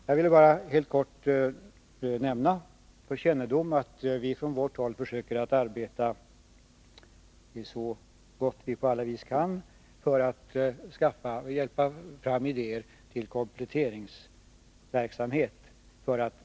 Jag ville bara helt kort säga för kännedom att vi från vårt håll försöker att arbeta så gott vi på alla vis kan för att hjälpa fram idéer om kompletteringsverksamhet.